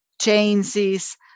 changes